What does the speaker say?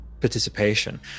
participation